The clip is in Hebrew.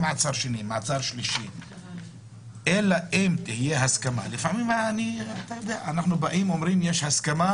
אומרים: לפעמים אנחנו אומרים: יש הסכמה